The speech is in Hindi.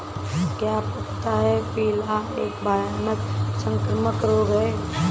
क्या आपको पता है प्लीहा एक भयानक संक्रामक रोग है?